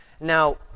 Now